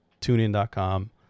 TuneIn.com